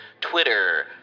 Twitter